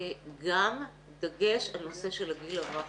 גם בדגש על הנושא של הגיל הרך,